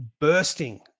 bursting